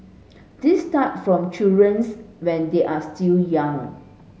this start from children's when they are still young